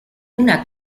una